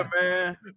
man